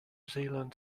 zealand